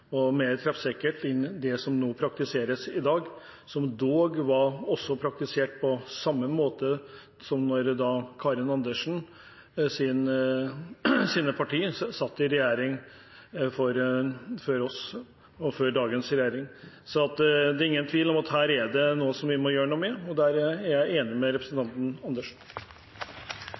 og mer treffsikkert enn det som praktiseres i dag, og som ble praktisert på samme måte da Karin Andersens parti satt i regjering før oss – før dagens regjering. Det er ingen tvil om at dette er noe vi må gjøre noe med, og der er jeg enig med representanten Andersen.